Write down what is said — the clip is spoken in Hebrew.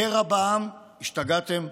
קרע בעם, השתגעתם.